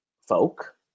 folk